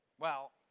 well,